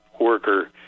worker